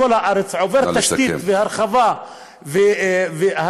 כל הארץ עוברת הרחבה של תשתיות,